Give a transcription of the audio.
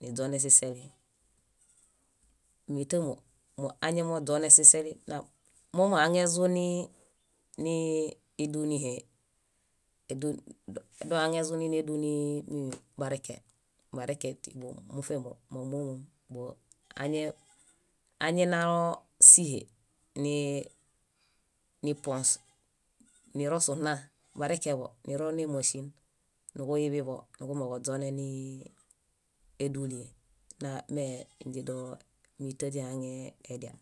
niźone siseli. Mítamo moañamoźonẽsiseli na- momuhaŋezuni nii ídunihe, dohaŋezuni éduni mími bareke. Bareke ti- mufe mámomom. Bóo añinaloo síhe nipõs, nirosu. Barekebo niro némaŝin niġuiḃiḃo, nuġumbeġoźoneni édunie. Na- me inźe dómita dihaŋe edial.